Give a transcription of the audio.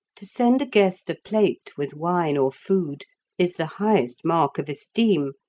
to send a guest a plate with wine or food is the highest mark of esteem,